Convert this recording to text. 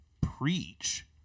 preach